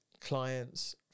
clients